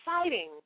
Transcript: exciting